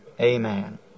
Amen